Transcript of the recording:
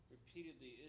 Repeatedly